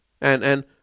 and—and